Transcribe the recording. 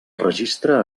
registre